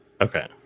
Okay